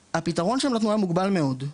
הפתרון שהם נתנו מוגבל מאוד,